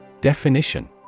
Definition